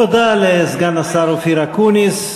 תודה לסגן השר אופיר אקוניס.